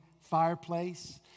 fireplace